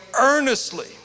earnestly